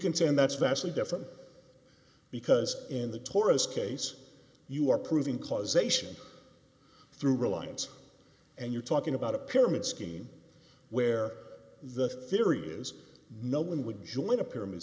contend that's vastly different because in the torah's case you are proving causation through reliance and you're talking about a pyramid scheme where the theory is no one would join a pyramid